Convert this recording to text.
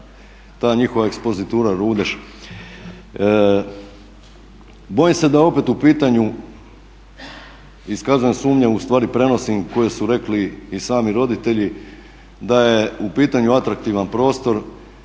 ta njihova ekspozitura Rudeš, bojim se da je opet u pitanju iskazana sumnja, ustvari prenosim i koje su rekli i sami roditelji da je u pitanju atraktivan prostor,